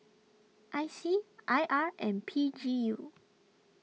I C I R and P G U